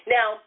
Now